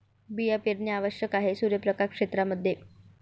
बिया पेरणे आवश्यक आहे सूर्यप्रकाश क्षेत्रां मध्ये